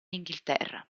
inghilterra